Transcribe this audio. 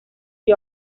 see